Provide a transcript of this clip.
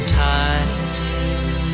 time